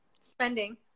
spending